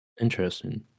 Interesting